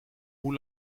hoe